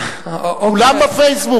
כולם ב"פייסבוק".